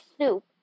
soup